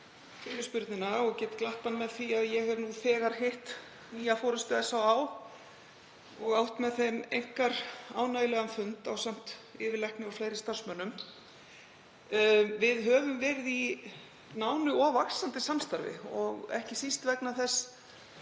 fyrirspurnina og get glatt hann með því að ég hef nú þegar hitt nýja forystu SÁÁ og átt með þeim einkar ánægjulegan fund ásamt yfirlækni og fleiri starfsmönnum. Við höfum verið í nánu og vaxandi samstarfi, ekki síst vegna þess